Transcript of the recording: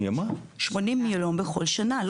80 מיליון בכל שנה.